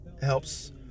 helps